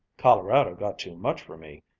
colorado got too much for me.